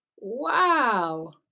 wow